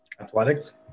athletics